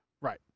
Right